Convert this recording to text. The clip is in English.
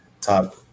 top –